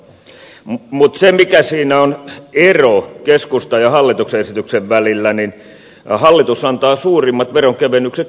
mutta se ero mikä siinä on keskustan ja hallituksen esityksen välillä on se että hallitus antaa suurimmat veronkevennykset suurituloisille